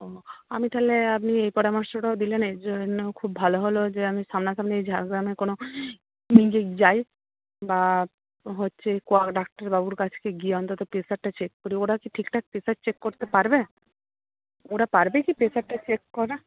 ও আমি তাহলে আপনি এই পরামর্শটাও দিলেন এর জন্য খুব ভালো হলো যে আমি সামনাসামনি ঝাড়গ্রামে কোনো নিজে যাই বা হচ্ছে কোয়াক ডাক্তারবাবুর কাছে গিয়ে অন্তত প্রেশারটা চেক করি ওরা কি ঠিকঠাক প্রেশার চেক করতে পারবে ওরা পারবে কি প্রেশারটা চেক করা